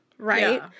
Right